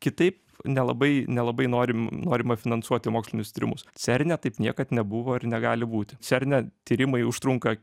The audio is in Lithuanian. kitaip nelabai nelabai norim norima finansuoti mokslinius tyrimus cerne taip niekad nebuvo ir negali būti cerne tyrimai užtrunka